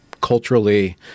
culturally